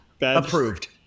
approved